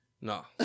No